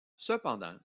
cependant